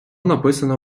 написано